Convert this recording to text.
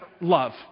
love